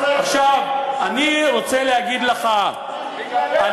עכשיו, אני רוצה להגיד לך, בגללנו אתם לא מקבלים.